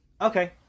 Okay